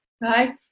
right